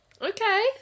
Okay